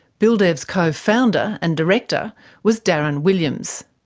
buildev's co-founder and director was darren williams.